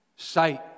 Sight